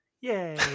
Yay